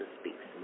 Speaks